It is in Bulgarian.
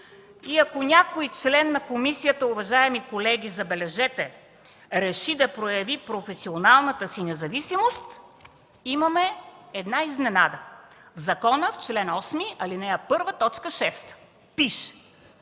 И ако някой член на комисията, уважаеми колеги, забележете, реши да прояви професионалната си независимост, имаме една изненада в закона – чл. 8, ал. 1, т. 6 пише,